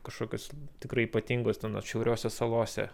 kažkokios tikrai ypatingos ten atšiauriose salose